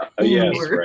Yes